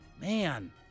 Man